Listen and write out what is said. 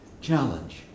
challenge